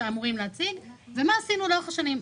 מה עשו לאורך השנים,